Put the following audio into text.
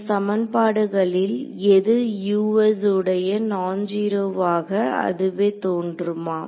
இந்த சமன்பாடுகளில் எது Us உடைய நான் ஜீரோவோ அதுவே தோன்றுமா